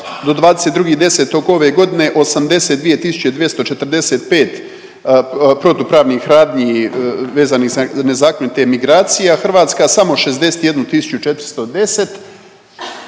do 22.10. ove godine 82 245 protupravnih radnji vezanih za nezakonite migracije, a Hrvatska samo 61 410.